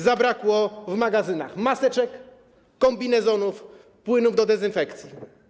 Zabrakło w magazynach maseczek, kombinezonów i płynów do dezynfekcji.